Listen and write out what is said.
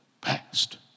past